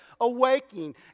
awakening